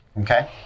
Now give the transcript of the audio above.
Okay